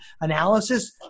analysis